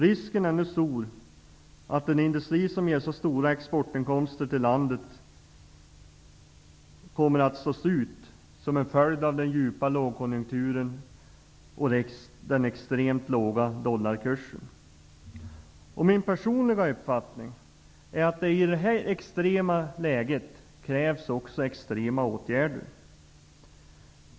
Risken är nu stor att den industri som ger så stora exportinkomster till landet kommer att gå förlorade som en följd av den djupa lågkonjunkturen och den extremt låga dollarkursen. Min personliga uppfattning är att det i det här extremt besvärliga läget krävs extrema åtgärder.